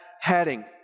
heading